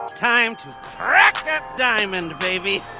time to crack that diamond, baby.